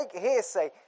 hearsay